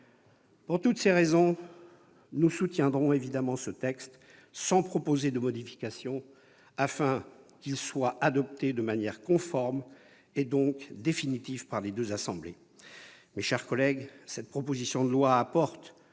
Pour toutes ces raisons, nous soutiendrons évidemment ce texte, sans proposer de modification, afin qu'il soit adopté de manière conforme, donc définitive, par les deux assemblées. Mes chers collègues, cette proposition de loi apporte